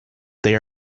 they